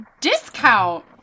discount